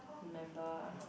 remember